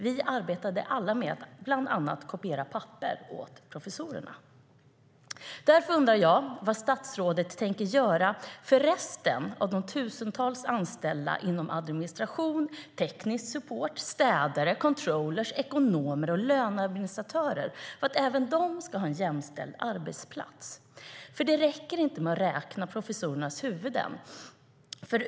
Vi arbetade alla med att bland annat kopiera papper åt professorerna. Därför undrar jag vad statsrådet tänker göra för resten av de tusentals som är anställda inom administration och teknisk support och som städare, controllers, ekonomer och löneadministratörer för att även de ska ha en jämställd arbetsplats. Det räcker nämligen inte med att räkna professorernas huvuden.